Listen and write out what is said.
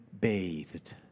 bathed